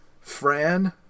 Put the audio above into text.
Fran